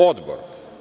Odbor.